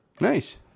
Nice